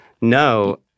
no